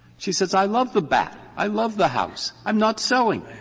she says i love the bat, i love the house, i'm not selling.